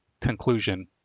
Conclusion